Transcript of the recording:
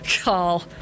call